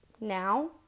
now